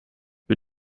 wir